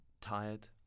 tired